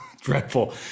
Dreadful